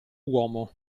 uomo